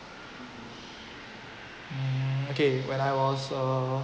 mm okay when I was uh